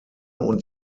und